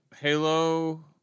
Halo